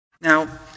Now